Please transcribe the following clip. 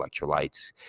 electrolytes